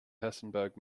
hessenberg